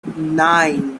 nine